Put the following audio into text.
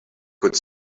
could